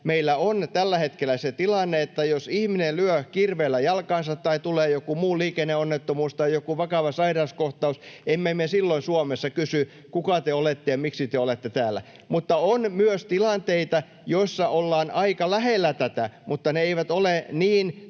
meillä on tällä hetkellä se tilanne, että jos ihminen lyö kirveellä jalkaansa tai tulee joku muu, liikenneonnettomuus tai joku vakava sairauskohtaus, emme me silloin Suomessa kysy, kuka te olette ja miksi te olette täällä. On myös tilanteita, joissa ollaan aika lähellä tätä, mutta ne eivät ole niin